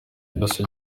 byose